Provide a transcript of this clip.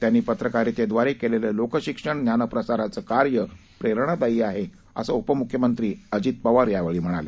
त्यांनी पत्रकारितेद्वारे केलेलं लोकशिक्षण ज्ञानप्रसाराचं कार्य प्रेरणादायी आहे असं उपम्ख्यमंत्री अजित पवार म्हणाले